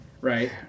Right